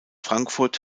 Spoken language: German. frankfurt